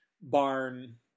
barn